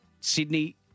Sydney